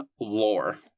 lore